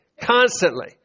Constantly